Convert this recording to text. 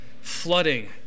flooding